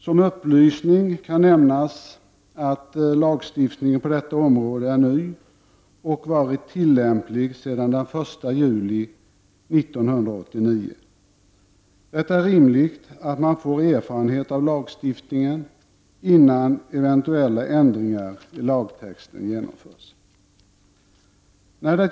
Som upplysning kan nämnas att lagstiftningen på detta område är ny och har varit tillämplig sedan den 1 juli 1989. Det är rimligt att man får erfarenhet av lagstiftningen, innan eventuella ändringar i lagtexten genomförs.